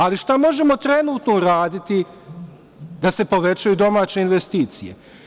Ali, šta možemo trenutno uraditi da se povećaju domaće investicije?